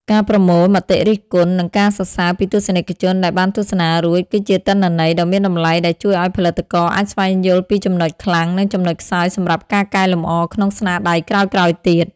ការប្រមូលមតិរិះគន់ និងការសរសើរពីទស្សនិកជនដែលបានទស្សនារួច គឺជាទិន្នន័យដ៏មានតម្លៃដែលជួយឱ្យផលិតករអាចស្វែងយល់ពីចំណុចខ្លាំង និងចំណុចខ្សោយសម្រាប់ការកែលម្អក្នុងស្នាដៃក្រោយៗទៀត។